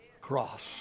cross